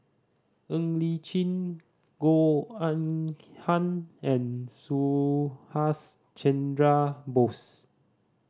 Ng Li Chin Goh Eng Han and Subhas Chandra Bose